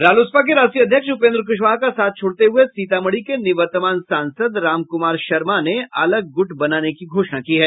रालोसपा के राष्ट्रीय अध्यक्ष उपेन्द्र कुशवाहा का साथ छोड़ते हुए सीतामढ़ी के निवर्तमान सांसद रामकुमार शर्मा ने अलग गूट बनाने की घोषणा की है